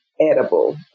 edible